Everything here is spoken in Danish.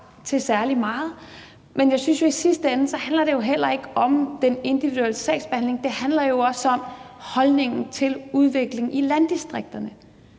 til særlig meget. Men jeg synes jo, at det i sidste ende ikke handler om den individuelle sagsbehandling, det handler jo også om holdningen til udviklingen i landdistrikterne.